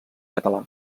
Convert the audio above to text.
català